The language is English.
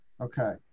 Okay